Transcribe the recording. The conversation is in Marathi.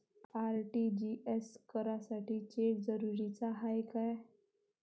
आर.टी.जी.एस करासाठी चेक जरुरीचा हाय काय?